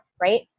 right